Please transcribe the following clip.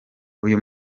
uyu